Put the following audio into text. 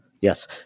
yes